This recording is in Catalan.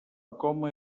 coma